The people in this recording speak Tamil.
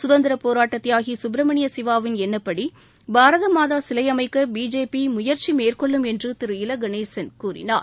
கதந்திரப் போராட்ட தியாகி குப்ரமணிய சிவா வின் எண்ணப்படி பாரத மாதா சிலை அமைக்க பிஜேபி முயற்சி மேற்கொள்ளும் என்று திரு இல கணேசன் கூறினார்